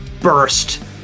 burst